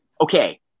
okay